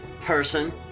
person